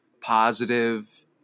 positive